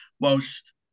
whilst